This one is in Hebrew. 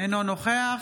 אינו נוכח